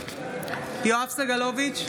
יואב סגלוביץ'